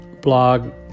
blog